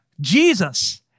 Jesus